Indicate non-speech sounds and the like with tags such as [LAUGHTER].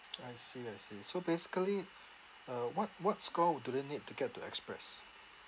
[NOISE] I see I see so basically uh what what score would do they need to get to express